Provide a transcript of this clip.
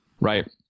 Right